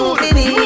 baby